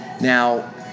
Now